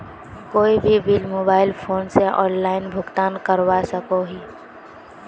कोई भी bill mobile phone से ऑनलाइन भुगतान करवा सकोहो ही?